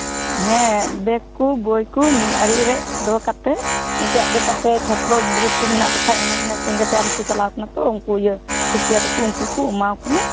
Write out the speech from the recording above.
ᱦᱮᱸ ᱵᱮᱠ ᱠᱚ ᱵᱚᱭ ᱠᱚ ᱢᱤᱫ ᱟᱲᱮ ᱨᱮ ᱫᱚᱦᱚ ᱠᱟᱛᱮ ᱢᱤᱫᱴᱮᱱ ᱟᱰᱮᱯᱟᱥᱮ ᱪᱷᱟᱛᱨᱚ ᱜᱤᱫᱽᱨᱟᱹ ᱠᱚ ᱢᱮᱱᱟᱜ ᱠᱚ ᱠᱷᱟᱱ ᱚᱱᱮ ᱢᱟᱱᱮ ᱥᱚᱸᱜᱮ ᱛᱮ ᱟᱨᱚ ᱠᱚ ᱪᱟᱞᱟᱣ ᱠᱟᱱᱟ ᱛᱚ ᱩᱱᱠᱩ ᱠᱚ ᱤᱭᱟᱹ ᱥᱩᱪᱚᱱᱟ ᱛᱟᱠᱚ ᱩᱱᱠᱩ ᱠᱩ ᱮᱢᱟᱣᱟᱠᱚ ᱢᱮ